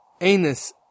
anus